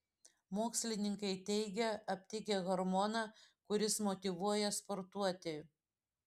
mokslininkai teigia aptikę hormoną kuris motyvuoja sportuoti